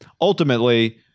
ultimately